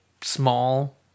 small